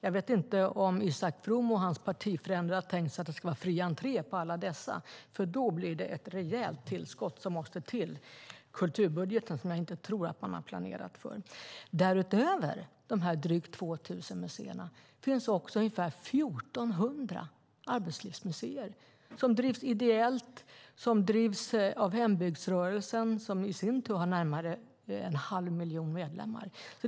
Jag vet inte om Isak From och hans partifränder har tänkt att det ska vara fri entré på alla dessa, för då måste det till ett rejält tillskott i kulturbudgeten, vilket jag inte tror att man har planerat för. Därutöver finns ungefär 1 400 arbetslivsmuseer som drivs ideellt och av hembygdsrörelsen, som i sin tur har närmare en halv miljon medlemmar.